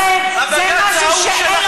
אומר לך: כל ראשי הוועדות,